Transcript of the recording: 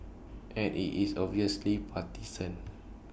and IT is obviously partisan